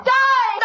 die